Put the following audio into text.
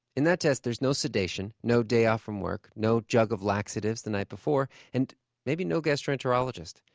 in that test, there's no sedation, no day off from work, no jug of laxatives the night before and maybe no gastroenterologist.